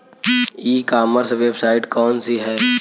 ई commerce website कौन सी है?